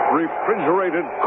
refrigerated